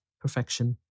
perfection